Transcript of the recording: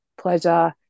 pleasure